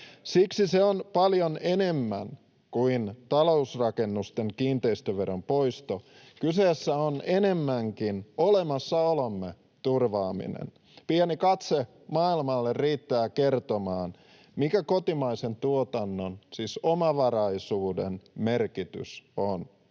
Siksi se on paljon enemmän kuin talousrakennusten kiinteistöveron poisto. Kyseessä on enemmänkin olemassaolomme turvaaminen. Pieni katse maailmalle riittää kertomaan, mikä kotimaisen tuotannon, siis omavaraisuuden, merkitys on.